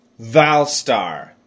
Valstar